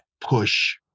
push